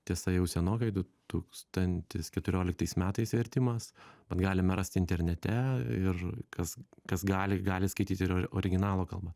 tiesa jau senokai du tūkstantis keturioliktais metais vertimas vat galime rasti internete ir kas kas gali gali skaityti ir ir originalo kalba